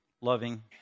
loving